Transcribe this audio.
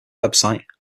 website